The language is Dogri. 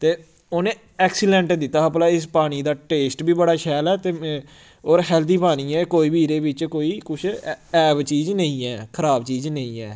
ते उ'नें एक्सीलैंट दित्ता हा भला इस पानी दा टेस्ट बी बड़ा शैल ऐ ते में और हैल्दी पानी ऐ कोई बी एह्दे बिच्च कोई कुछ ए ऐब चीज नेईं ऐ खराब चीज नेईं ऐ